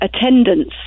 attendance